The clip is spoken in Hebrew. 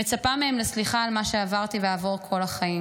מצפה מהם לסליחה על מה שעברתי ואעבור כל החיים.